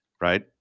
right